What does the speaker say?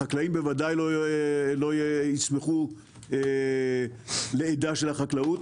החקלאים בוודאי לא ישמחו לאדה של החקלאות,